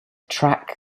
track